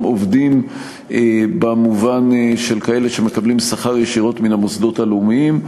עובדים במובן של כאלה שמקבלים שכר ישירות מן המוסדות הלאומיים.